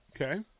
okay